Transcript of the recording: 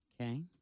Okay